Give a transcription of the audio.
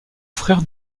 frère